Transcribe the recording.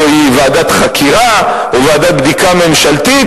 היא ועדת חקירה או ועדת בדיקה ממשלתית,